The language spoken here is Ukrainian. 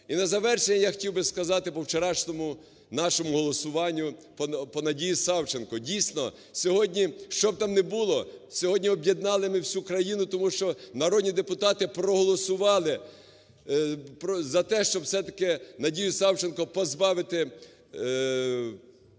І на завершення я хотів би сказати по вчорашньому нашому голосуванню по Надії Савченко. Дійсно, сьогодні щоб там мне було, сьогодні об'єднали ми всю країну, тому що народні депутати проголосувати за те, щоб все-таки Надію Савченко позбавити